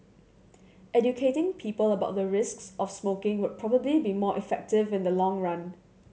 educating people about the risks of smoking would probably be more effective in the long run